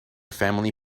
family